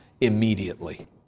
immediately